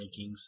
rankings